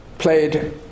played